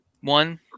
one